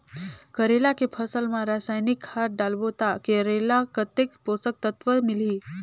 करेला के फसल मा रसायनिक खाद डालबो ता करेला कतेक पोषक तत्व मिलही?